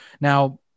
now